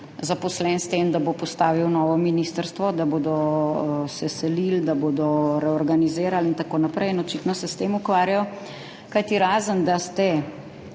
zaposlen s tem, da bo postavil novo ministrstvo, da se bodo selili, da bodo reorganizirali in tako naprej, in očitno se s tem ukvarjajo. Kajti razen da ste